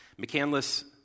McCandless